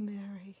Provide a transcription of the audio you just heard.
mary